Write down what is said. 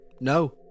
no